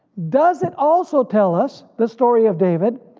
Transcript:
does it also tell us the story of david,